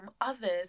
others